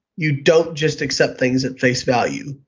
you don't just accept things at face value,